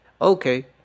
Okay